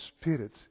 spirit